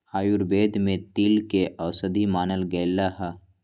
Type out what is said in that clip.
आयुर्वेद में तिल के औषधि मानल गैले है